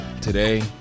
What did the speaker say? today